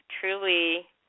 truly